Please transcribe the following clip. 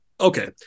okay